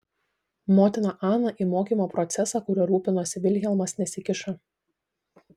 motina ana į mokymo procesą kuriuo rūpinosi vilhelmas nesikišo